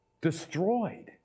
destroyed